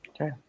Okay